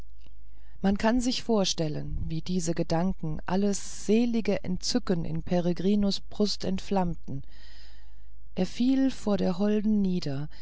man kann sich vorstellen wie diese gedanken alles selige entzücken in peregrinus brust entflammten er fiel vor der holden nieder